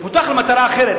למטרה אחרת.